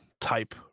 type